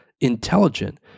intelligent